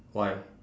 why